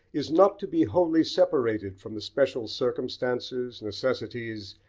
is not to be wholly separated from the special circumstances, necessities,